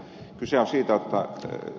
pulliainen tuossa edellä